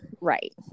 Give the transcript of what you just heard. right